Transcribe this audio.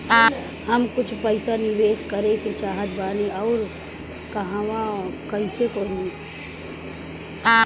हम कुछ पइसा निवेश करे के चाहत बानी और कहाँअउर कइसे करी?